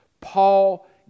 Paul